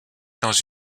dans